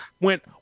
Went